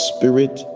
Spirit